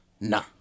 nah